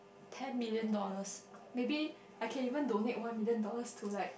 ten million dollars maybe I can even donate one million dollars to like